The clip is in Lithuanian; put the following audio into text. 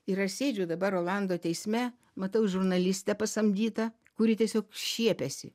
ir aš sėdžiu dabar rolando teisme matau žurnalistę pasamdytą kuri tiesiog šiepiasi